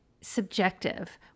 subjective